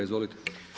Izvolite.